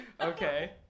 Okay